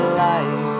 life